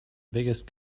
biggest